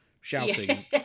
shouting